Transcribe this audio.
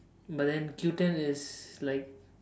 but then Q-ten is like